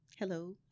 Hello